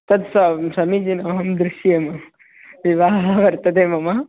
तद् सं समीचीनमहं दृश्येम विवाहः वर्तते मम